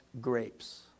grapes